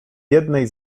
jednej